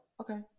okay